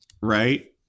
right